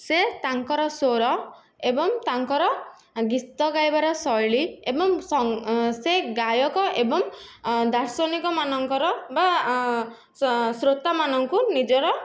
ସେ ତାଙ୍କର ସ୍ୱର ଏବଂ ତାଙ୍କର ଗୀତ ଗାଇବାର ଶୈଳୀ ଏବଂ ସେ ଗାୟକ ଏବଂ ଦାର୍ଶନିକ ମାନଙ୍କର ବା ଶ୍ରୋତା ମାନଙ୍କୁ ନିଜର